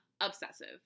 obsessive